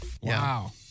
Wow